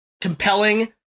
compelling